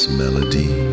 melody